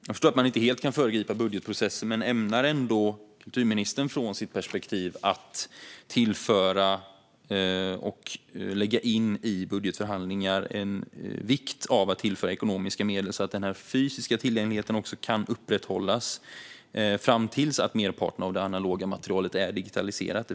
Jag förstår att man inte helt kan föregripa budgetprocessen, men jag undrar ändå om kulturministern från sitt perspektiv i budgetförhandlingar ämnar lägga in vikten av att tillföra ekonomiska medel så att den här fysiska tillgängligheten kan upprätthållas fram till att merparten av det analoga materialet är digitaliserat.